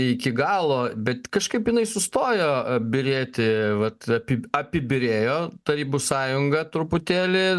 iki galo bet kažkaip jinai sustojo a byrėti vat apib apibyrėjo tarybų sąjunga truputėlį